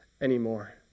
anymore